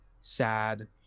sad